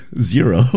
zero